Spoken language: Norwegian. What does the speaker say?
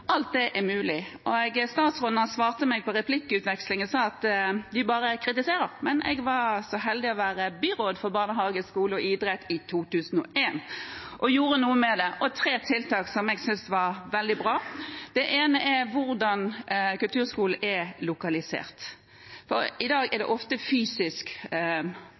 alt dette er mulig. Statsråden svarte meg i replikkvekslingen med å si at vi bare kritiserer. Men jeg var så heldig å være byråd for barnehage, skole og idrett i 2001 og gjorde noe med det – tre tiltak, som jeg synes er veldig bra. Det ene er hvordan kulturskolen er lokalisert. I dag er det ofte et fysisk